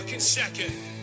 Second